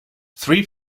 three